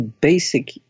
basic